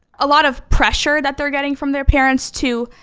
a lot of pressure that they're getting from their parents to,